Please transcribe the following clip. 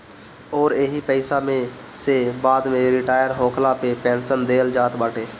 अउरी एही पईसा में से बाद में रिटायर होखला पे पेंशन देहल जात बाटे